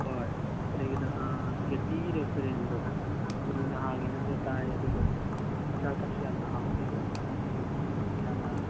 ꯍꯣꯏ ꯀꯔꯤꯒꯤꯗ ꯒꯦꯠꯇꯤꯒꯤ ꯔꯦꯁꯇꯨꯔꯦꯟꯗꯣ ꯅꯧꯅ ꯍꯥꯡꯉꯦꯅꯁꯨ ꯇꯥꯏ ꯑꯗꯨꯗꯣ ꯑꯆꯥ ꯑꯊꯛꯁꯨ ꯌꯥꯝꯅ ꯍꯥꯎꯑꯦꯕ ꯃꯐꯗꯨꯁꯨ ꯌꯥꯝꯅ